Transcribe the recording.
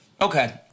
Okay